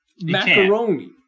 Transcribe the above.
macaroni